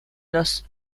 los